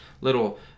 little